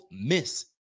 miss